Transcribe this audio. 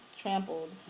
trampled